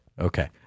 Okay